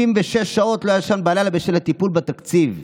36 שעות לא ישן בלילה בשל הטיפול בתקציב.